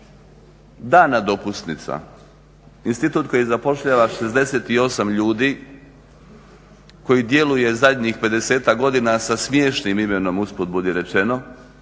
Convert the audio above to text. dana dopusnica. Institut koji zapošljava 68 ljudi, koji djeluje zadnjih 50-ak godina sa smiješnim imenom, usput budi rečeno,